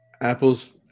apples